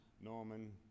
Norman